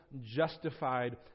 justified